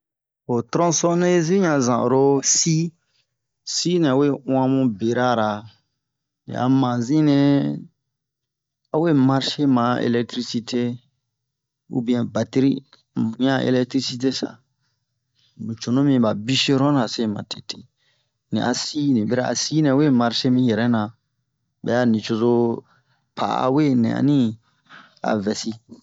Ho tronsondezi yan zan oro si si nɛwe uwan mu bera ra ni a manzi nɛ a we marshe ma elɛktrisite ubiɛn bateri mu wian a elektrisite sa mu cunu mi ba bisheron na se ma tete mu ɲa a si ni bɛrɛ a si nɛ we marshe mi yɛrɛna bɛ'a nicozo pa'a we nɛ ani a vɛsi